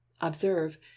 Observe